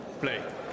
Play